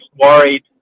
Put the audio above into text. worried